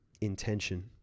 intention